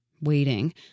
waiting